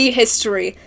history